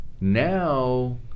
now